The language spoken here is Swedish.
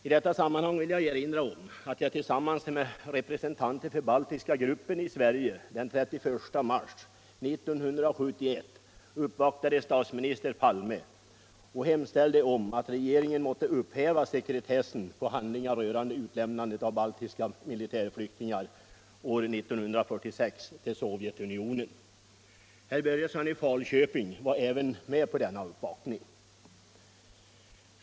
I detta sammanhang vill jag erinra om att jag tillsammans med representanter för baltiska gruppen i Sverige den 31 mars 1971 uppvaktade statsminister Palme och hemställde om att regeringen måtte upphäva sekretessen för handlingar rörande utlämnandet år 1946 av baltiska militärflyktingar till Sovjetunionen. Även herr Börjesson i Falköping var med på denna uppvaktning.